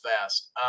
fast